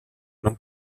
non